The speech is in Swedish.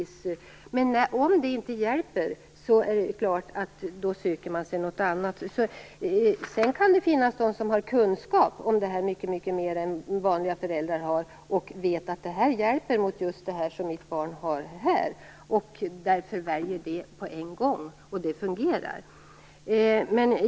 Men om det inte hjälper är det klart att man söker sig något annat. Sedan kan det finnas de som har mer kunskap om detta än vad vanliga föräldrar har. De vet att detta hjälper mot just det som deras barn har. Därför väljer de detta på en gång, och det fungerar.